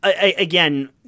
again